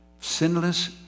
Sinless